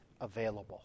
available